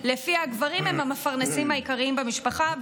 שלפיה הגברים הם המפרנסים העיקריים במשפחה,